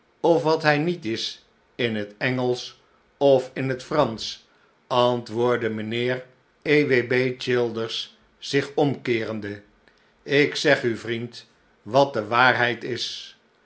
of wat hij niet is in het engelsch of in het fransch antwoordde mijnheer e w b childers zich omkeerende ik zeg u vriend wat de waarheid is